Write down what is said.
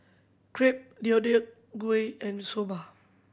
Crepe Deodeok Gui and Soba